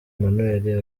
emmanuel